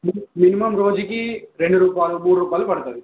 minimum రోజుకి రెండు రూపాయలు మూడు రూపాయలు పడుతుంది